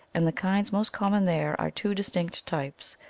and the kinds most common there are two distinct types,